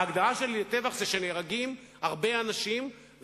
ההגדרה שלי לטבח היא שנהרגים הרבה אנשים.